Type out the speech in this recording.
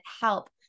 help